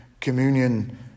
communion